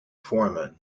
foreman